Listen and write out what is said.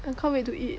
I can't wait to eat